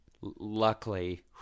Luckily